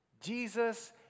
Jesus